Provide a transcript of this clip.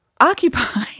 Occupy